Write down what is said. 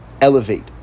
elevate